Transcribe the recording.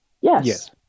Yes